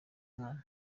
mwana